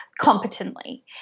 competently